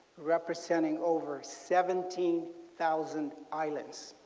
representing over seventeen thousand islands.